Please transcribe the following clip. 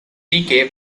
decay